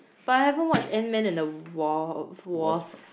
but I haven't watch Ant-man and the wa~ Wasp